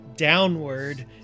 Downward